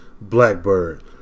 Blackbird